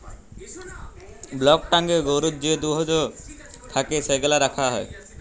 block ট্যাংকয়ে গরুর যে দুহুদ থ্যাকে সেগলা রাখা হ্যয়